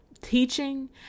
teaching